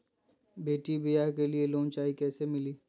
बेटी ब्याह के लिए लोन चाही, कैसे मिली?